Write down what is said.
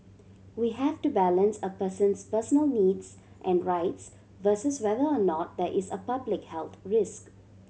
we have to balance a person's personal needs and rights versus whether or not there is a public health risk